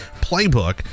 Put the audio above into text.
playbook